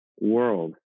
world